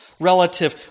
relative